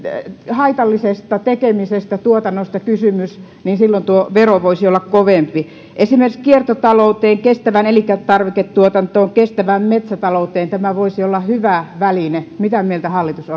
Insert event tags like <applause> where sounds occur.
haitallisesta tekemisestä ja tuotannosta kysymys silloin tuo vero voisi olla kovempi esimerkiksi kiertotalouteen kestävään elintarviketuotantoon kestävään metsätalouteen tämä voisi olla hyvä väline mitä mieltä hallitus <unintelligible>